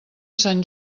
sant